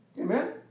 Amen